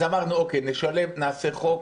אז אמרנו, נשלב, נעשה חוק.